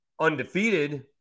undefeated